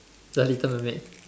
the little mermaid